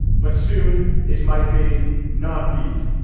but soon it might be non beef.